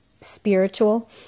spiritual